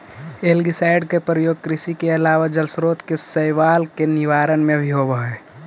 algicide के प्रयोग कृषि के अलावा जलस्रोत के शैवाल के निवारण में भी होवऽ हई